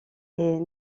est